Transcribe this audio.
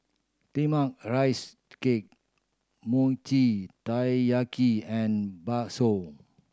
steamed are rice cake Mochi Taiyaki and bakso